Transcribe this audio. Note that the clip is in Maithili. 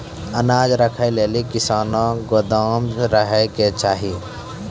अनाज राखै लेली कैसनौ गोदाम रहै के चाही?